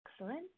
Excellent